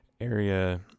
area